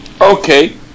okay